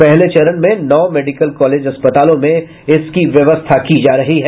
पहले चरण में नौ मेडिकल कॉलेजों अस्पताल में इसकी व्यवस्था की जा रही है